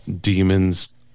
demons